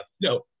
no